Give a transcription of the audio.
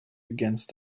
against